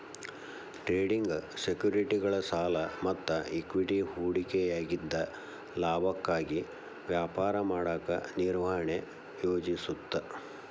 trading ಸೆಕ್ಯುರಿಟಿಗಳ ಸಾಲ ಮತ್ತ ಇಕ್ವಿಟಿ ಹೂಡಿಕೆಯಾಗಿದ್ದ ಲಾಭಕ್ಕಾಗಿ ವ್ಯಾಪಾರ ಮಾಡಕ ನಿರ್ವಹಣೆ ಯೋಜಿಸುತ್ತ